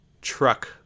Truck